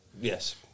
Yes